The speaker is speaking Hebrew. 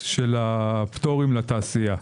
של הפטורים לתעשייה.